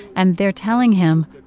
and they're telling him,